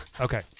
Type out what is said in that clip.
Okay